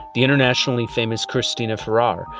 the internationally famous cristina ferrare,